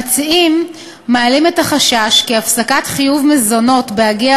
המציעים מעלים את החשש כי הפסקת חיוב מזונות בהגיע